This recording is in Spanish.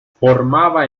formaba